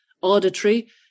auditory